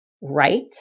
right